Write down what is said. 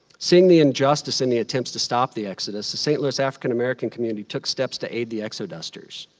seeing the injustice in the attempts to stop the exodus, the st. louis african american community took steps to aid the exodusters.